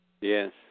Yes